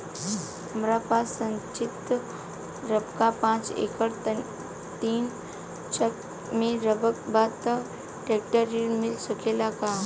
हमरा पास सिंचित रकबा पांच एकड़ तीन चक में रकबा बा त ट्रेक्टर ऋण मिल सकेला का?